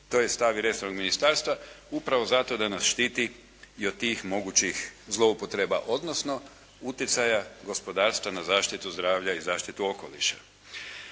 tj. stari resor ministarstva upravo zato da nas štiti i od tih mogućih zloupotreba, odnosno utjecaja gospodarstva na zaštitu zdravlja i zaštitu okoliša.